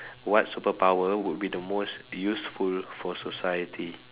what superpower would be the most useful for society